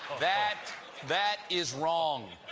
that that is wrong.